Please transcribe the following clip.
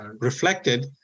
reflected